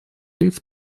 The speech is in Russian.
лиц